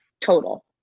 total